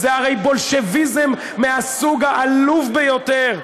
זה הרי בולשביזם מהסוג העלוב ביותר.